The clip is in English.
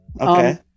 Okay